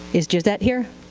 is jisette here?